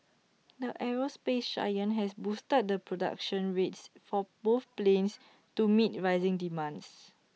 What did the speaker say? the aerospace giant has boosted the production rates for both planes to meet rising demands